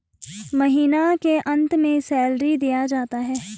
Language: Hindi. महीना के अंत में सैलरी दिया जाता है